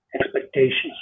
expectations